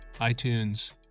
iTunes